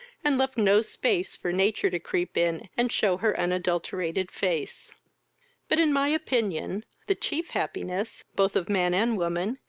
and left no space for nature to creep in, and shew her unadulterated face but, in my opinion, the chief happiness, both of man and woman,